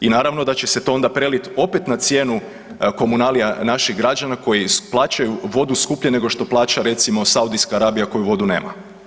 I naravno da će se to onda prelit opet na cijenu komunalija naših građana koji plaćaju vodu skuplje nego što plaća recimo Saudijska Arabija koja vodu nema.